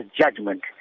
judgment